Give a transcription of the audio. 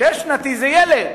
שש-שנתי, זה ילד.